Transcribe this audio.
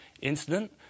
incident